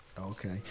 okay